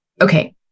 Okay